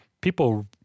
People